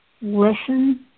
listen